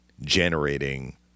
generating